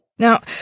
Now